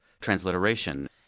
transliteration